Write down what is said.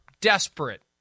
desperate